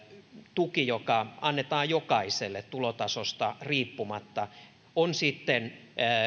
tuki joka annetaan jokaiselle tulotasosta riippumatta on sitten